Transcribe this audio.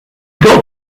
got